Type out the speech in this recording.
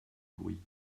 bruit